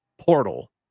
portal